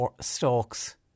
stalks